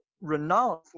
renowned